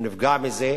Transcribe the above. הוא נפגע מזה,